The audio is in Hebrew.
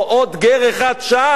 עוד גר אחד שם,